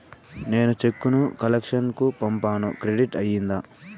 నేను చెక్కు ను కలెక్షన్ కు పంపాను క్రెడిట్ అయ్యిందా